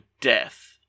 death